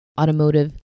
automotive